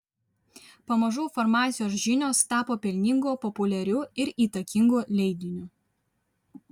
pamažu farmacijos žinios tapo pelningu populiariu ir įtakingu leidiniu